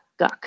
guck